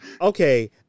okay